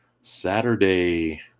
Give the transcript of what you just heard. Saturday